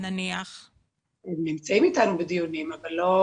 הם נמצאים איתנו בדיונים אבל לא